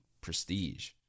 prestige